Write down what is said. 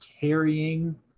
carrying